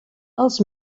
als